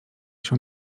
się